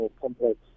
complex